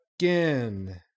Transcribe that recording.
again